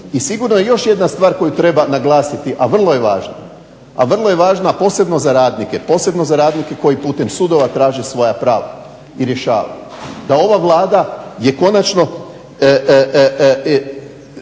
I sigurna je još jedna stvar koju treba naglasiti, a vrlo je važna, posebno za radnike koji putem sudova traže svoja prava i rješavaju ih, da ova Vlada je konačno